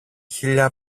χείλια